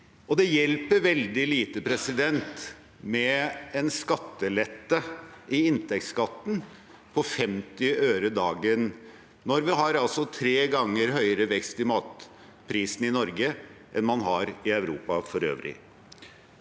Det hjelper veldig lite med en skattelette i inntektsskatten på 50 øre dagen når vi altså har tre ganger høyere vekst i matprisene i Norge enn man har i Europa for øvrig.